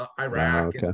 Iraq